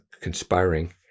conspiring